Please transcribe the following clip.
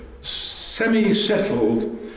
semi-settled